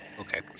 Okay